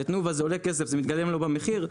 לתנובה זה עולה כסף, זה מתגלם לו במחיר?